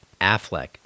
Affleck